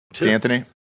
Anthony